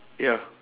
ya